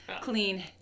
clean